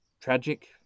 tragic